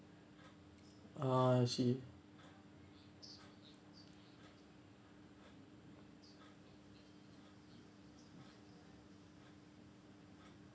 ah I see